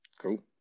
Cool